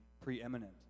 preeminent